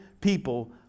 people